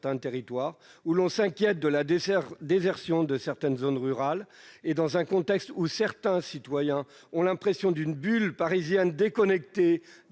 territoires, où l'on s'inquiète de la désertification de certaines zones rurales, où certains citoyens ont l'impression d'une bulle parisienne déconnectée des